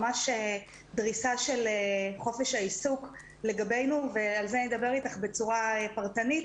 ממש דריסה של חופש העיסוק לגבינו ועל זה אני אדבר איתך בצורה פרטנית,